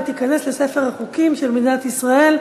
ותיכנס לספר החוקים של מדינת ישראל.